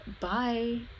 Bye